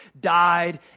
died